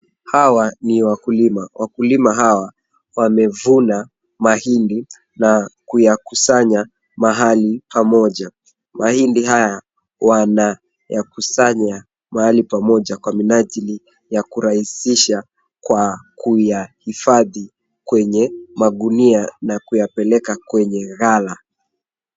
Hawa ni wakulima. Wakulima hawa wamevunda mahindi na kuyakusanya mahali pamoja. Mahindi haya wanayakushanya mahali pamoja kwa minajili ya kurahisisha kwa kuyahifadhi kwenye magunia na kuyapeleka kwenye gala.